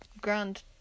grand